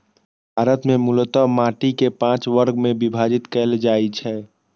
भारत मे मूलतः माटि कें पांच वर्ग मे विभाजित कैल जाइ छै